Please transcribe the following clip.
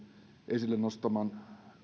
esille nostaman